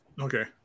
Okay